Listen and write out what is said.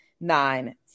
nine